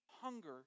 hunger